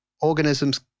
organisms